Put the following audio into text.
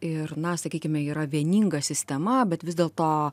ir na sakykime yra vieninga sistema bet vis dėlto